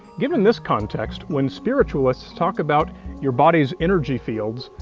given this context, when spiritualists talk about your body's energy fields,